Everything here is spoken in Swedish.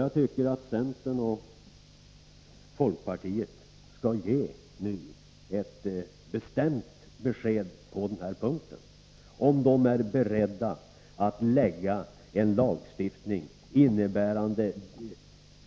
Jag anser att centern och folkpartiet skall ge ett bestämt besked på den här punkten, om de är beredda att lägga fram förslag om en